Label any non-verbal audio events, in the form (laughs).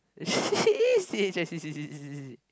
(laughs) she is C H I C C C C C C